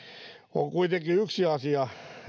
on kuitenkin yksi asia